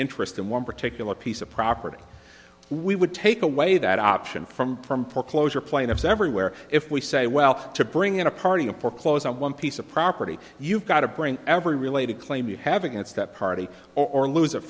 interest in one particular piece of property we would take away that option from from foreclosure plaintiffs everywhere if we say well to bring in a party to foreclose on one piece of property you've got to bring every related claim you have against that party or lose